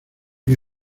que